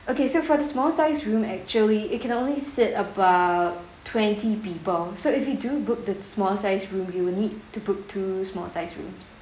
okay so for the small size room actually it can only sit about twenty people so if you do book the small size room you will need to book two small size rooms